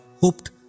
hoped